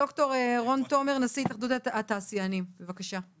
דוקטור רון תומר, נשיא התאחדות התעשיינים, בבקשה.